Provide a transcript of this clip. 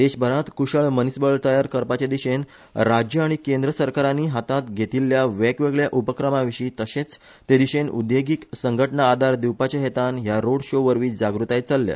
देशभरांत क्शळ मनीसबळ तयार करपाचे दिशेन राज्य आनी केंद्र सरकारानी हातांत घेतील्ल्या वेगवेगळ्या उपक्रमाविशी तशेंच ते दिशेन उद्देगीक संघटना आदार दिवपाचे हेतान ह्या रोड शो वरवी जागृताय चलल्या